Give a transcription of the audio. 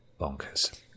bonkers